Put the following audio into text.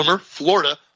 Florida